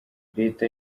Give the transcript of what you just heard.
leta